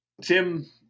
Tim